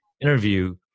interview